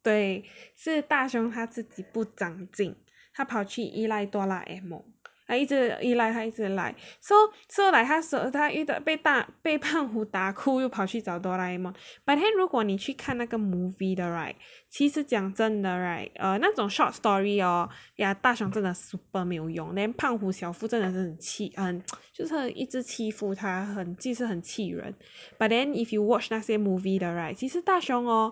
对是大雄自己不长进还跑去依赖 Doraemon 一直依赖 like 一直 like so so like 他他被大湖打哭又跑去找 Doraemon but then 如果你去看那个 movie 的 right 其实讲真的 right err 那种 short story hor ya 大雄真的 super 没有用 then 胖虎小夫真的是很气很 err 就是一直欺负他很就是很气人 but then if you watch 那些 movie 的 right 其实大雄 hor